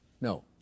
no